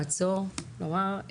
לעצור ולומר,